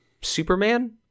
superman